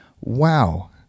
wow